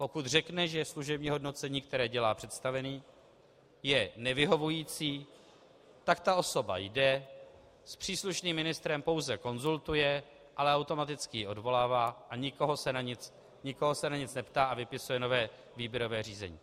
Pokud řekne, že služební hodnocení, které dělá představený, je nevyhovující, tak ta osoba jde, s příslušným ministrem pouze konzultuje, ale automaticky ji odvolává a nikoho se na nic neptá a vypisuje nové výběrové řízení.